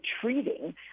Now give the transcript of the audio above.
treating